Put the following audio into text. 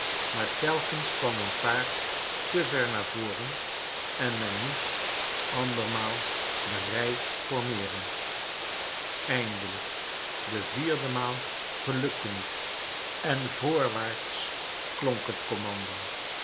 maar telkens kwam een paard te ver naar voren en men moest andermaal de rij formeeren eindelijk de vierdemaal gelukte het en voorwaarts klonk het commando